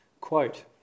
Quote